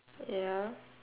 ya